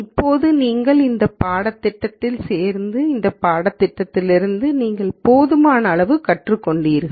இப்போது நீங்கள் இந்த பாடத்திட்டத்தில் சேர்ந்து இந்த பாடத்திட்டத்திலிருந்து நீங்கள் போதுமான அளவு கற்றுக்கொண்டீர்கள்